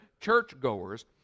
church-goers